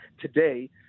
today